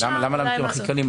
אולי --- למה למקרים הכי קלים?